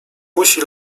musi